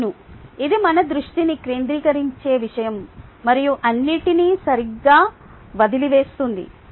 అవును అది మన దృష్టిని కేంద్రీకరించే విషయం మరియు అన్నింటినీ సరిగ్గా వదిలివేస్తుంది